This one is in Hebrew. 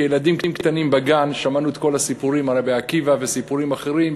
כילדים קטנים בגן שמענו את כל הסיפורים על רבי עקיבא וסיפורים אחרים,